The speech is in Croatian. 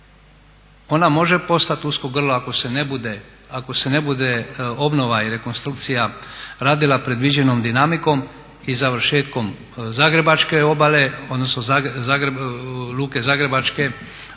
Ona može postati usko grlo ako se ne bude obnova i rekonstrukcija radila predviđenom dinamikom i završetkom zagrebačke obale odnosno luke zagrebačke u